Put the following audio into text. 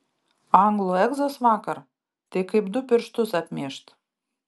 anglų egzas vakar tai kaip du pirštus apmyžt